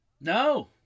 No